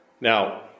Now